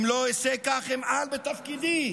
אם לא אעשה כך, אמעל בתפקידי.